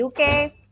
UK